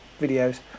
videos